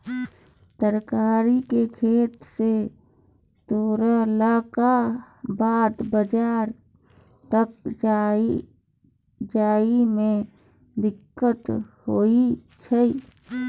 तरकारी केँ खेत सँ तोड़लाक बाद बजार तक लए जाए में दिक्कत होइ छै